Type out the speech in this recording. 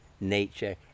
nature